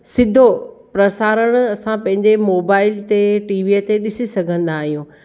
सिधो प्रसारण असां पंहिंजे मोबाइल ते टीवीअ ते ॾिसी सघंदा आहियूं